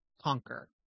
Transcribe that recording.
conquer